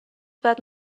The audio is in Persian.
بعد